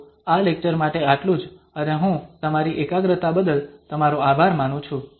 તો આ લેક્ચર માટે આટલું જ અને હું તમારી એકાગ્રતા બદલ તમારો આભાર માનું છું